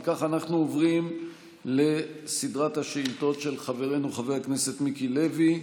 אם כך אנחנו עוברים לסדרת השאילתות של חברנו חבר הכנסת מיקי לוי.